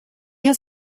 has